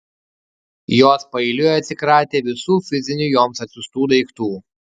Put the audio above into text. jos paeiliui atsikratė visų fizinių joms atsiųstų daiktų